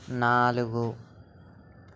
నాలుగు